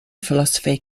philosophy